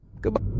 goodbye